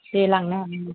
दे लांनो हागोन दे